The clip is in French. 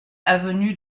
avenue